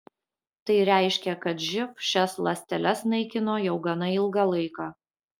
tai reiškia kad živ šias ląsteles naikino jau gana ilgą laiką